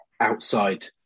outside